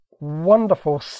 wonderful